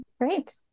Great